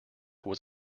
was